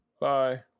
Bye